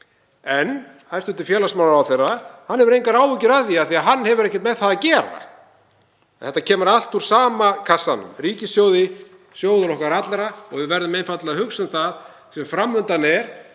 en hæstv. félagsmálaráðherra hefur engar áhyggjur af því að hann hefur ekkert með það að gera. Þetta kemur allt úr sama kassanum, ríkissjóði, sjóði okkar allra. Við verðum einfaldlega að hugsa um það sem fram undan er